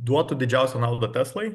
duotų didžiausią naudą teslai